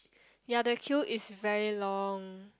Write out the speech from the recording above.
ya the queue is very long